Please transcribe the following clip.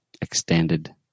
extended